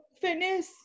fitness